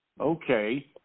Okay